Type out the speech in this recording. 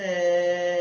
פיילוט,